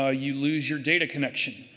ah you lose your data connection.